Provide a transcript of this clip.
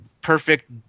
perfect